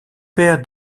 père